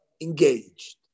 engaged